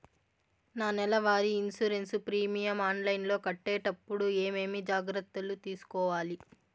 నా నెల వారి ఇన్సూరెన్సు ప్రీమియం ఆన్లైన్లో కట్టేటప్పుడు ఏమేమి జాగ్రత్త లు తీసుకోవాలి?